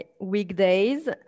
weekdays